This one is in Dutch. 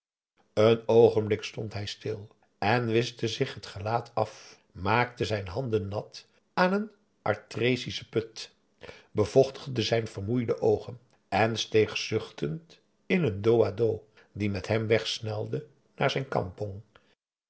een oogenblik stond hij stil en wischte zich het gelaat af maakte zijn handen nat aan een artesischen put bevochtigde zijn vermoeide oogen en steeg zuchtend in een dos à dos die met hem wegsnelde naar zijn kampong